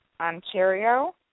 Ontario